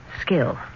skill